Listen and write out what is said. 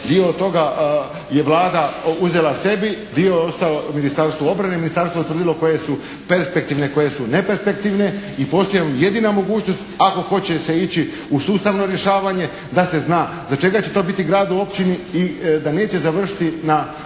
Dio toga je Vlada je uzela sebi, dio je ostao Ministarstvu obrane, ministarstvo je utvrdilo koje su perspektivne a koje su neperspektivne i postoji jedina mogućnost ako hoće se ići u sustavno rješavanje da se zna za čega će to biti grad u općini i da neće završiti u